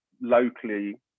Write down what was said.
locally